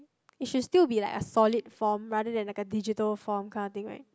it should still be like a solid form rather than like a digital form kind of thing right